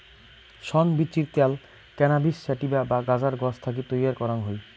শন বীচির ত্যাল cannabis sativa বা গাঁজার গছ থাকি তৈয়ার করাং হই